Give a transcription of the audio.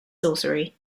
sorcery